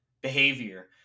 behavior